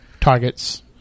targets